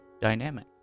dynamic